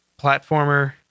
platformer